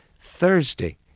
Thursday